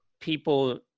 people